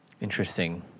Interesting